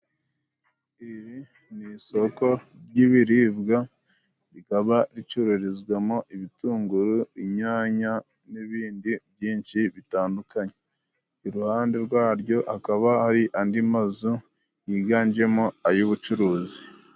Iri ni isoko ry'ibiribwa rikaba ricururizwamo ibitunguru, inyanya n'ibindi byinshi bitandukanye, iruhande rwaryo akaba hari andi mazu yiganjemo ay'ubucuruzi.